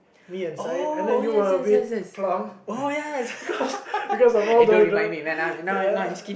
me inside and then you were a bit flunk because because of all those